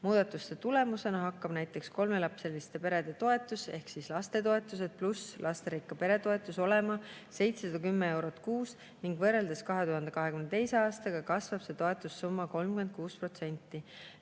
Muudatuste tulemusena hakkab näiteks kolmelapseliste perede toetus ehk lastetoetused pluss lasterikka pere toetus olema 710 eurot kuus ning võrreldes 2022. aastaga kasvab see toetussumma 36%.